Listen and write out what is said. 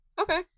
Okay